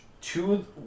two